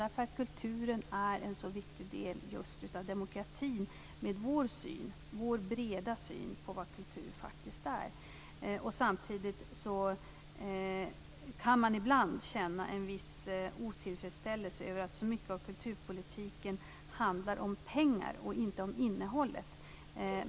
Med vår breda syn på vad kultur faktiskt är blir ju kulturen en så viktig del just av demokratin. Samtidigt kan man ibland känna en viss otillfredsställelse över att så mycket av kulturpolitiken handlar om pengar och inte om innehåll.